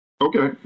Okay